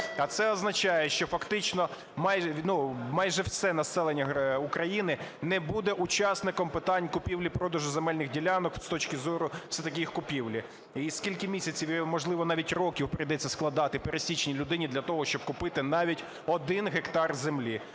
а це означає, що фактично майже все населення України не буде учасником питань купівлі-продажу земельних ділянок з точки зору все-таки їх купівлі. І скільки місяців, можливо, навіть років прийдеться складати пересічній людині для того, щоб купити навіть 1 гектар землі?